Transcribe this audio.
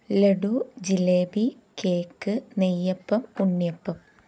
laddu jalebi cake neyyappam ഉണ്ണിയപ്പം